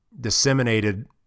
disseminated